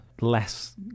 Less